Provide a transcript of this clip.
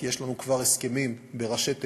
כי יש לנו כבר הסכמים בראשי תיבות,